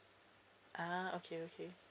ah okay okay